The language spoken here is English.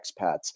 expats